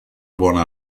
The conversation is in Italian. buona